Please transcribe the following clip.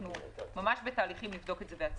אנחנו ממש בתהליכים לבדוק את זה בעצמנו.